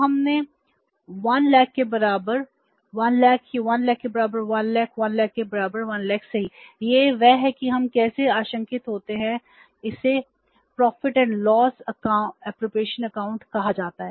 हम बात करते हैं कि 50 डिविडेंड कहा जाता है